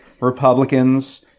Republicans